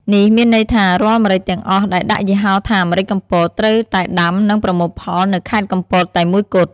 នេះមានន័យថារាល់ម្រេចទាំងអស់ដែលដាក់យីហោថា “ម្រេចកំពត” ត្រូវតែដាំ និងប្រមូលផល នៅខេត្តកំពតតែមួយគត់។